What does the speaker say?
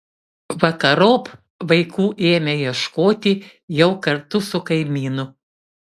vakarop vaikų ėmė ieškoti jau kartu su kaimynu